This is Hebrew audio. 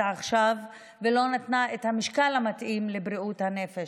עכשיו לא נתנו את המשקל המתאים לבריאות הנפש,